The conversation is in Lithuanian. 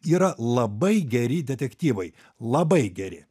yra labai geri detektyvai labai geri